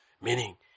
Meaning